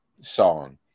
Song